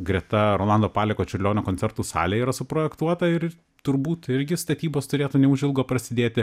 greta rolando paleko čiurlionio koncertų salė yra suprojektuota ir turbūt irgi statybos turėtų neužilgo prasidėti